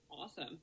Awesome